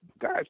guys